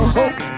hope